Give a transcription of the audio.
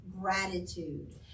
Gratitude